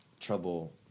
trouble